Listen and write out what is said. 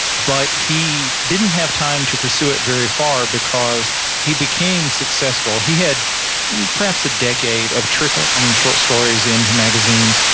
but he didn't have time to pursue it very far because he became successful. he had perhaps a decade of trickling short stories into magazines,